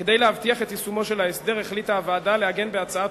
כדי להבטיח את יישומו של ההסדר החליטה הוועדה לעגן בהצעת